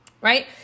right